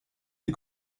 die